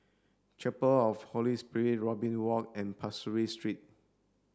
chapel of the Holy Spirit Robin Walk and Pasir Ris Street